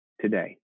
today